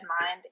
mind